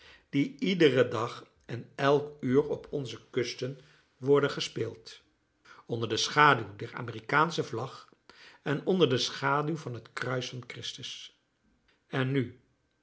die iederen dag en elk uur op onze kusten worden gespeeld onder de schaduw der amerikaansche vlag en onder de schaduw van het kruis van christus en nu